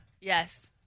Yes